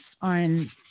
on